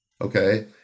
Okay